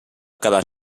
cada